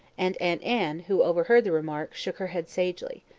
and aunt anne, who overheard the remark, shook her head sagely.